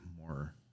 more